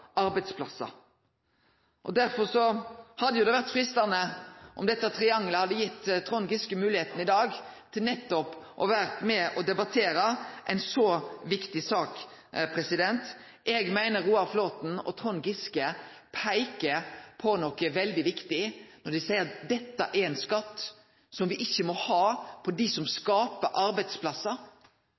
arbeidsplassar. Derfor hadde det vore freistande om dette triangelet hadde gitt Trond Giske moglegheita i dag til nettopp å vere med på å debattere ei så viktig sak. Eg meiner Roar Flåthen og Trond Giske peiker på noko veldig viktig når dei seier at dette er ein skatt som me ikkje må ha for dei som skaper arbeidsplassar.